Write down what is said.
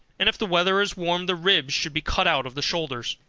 and if the weather is warm the ribs should be cut out of the shoulders.